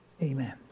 Amen